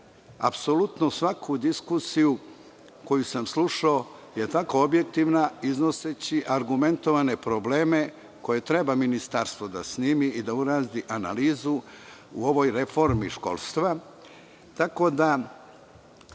apsolutno svaku diskusiju koju sam slušao je objektivna, iznoseći argumentovane probleme koje treba Ministarstvo da snimi i da uradi analizu u ovoj reformi školstva.